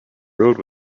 road